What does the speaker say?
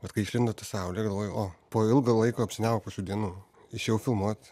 vat kai išlindo saulė galvojau o po ilgo laiko apsiniaukusių dienų išėjau filmuot